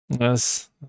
yes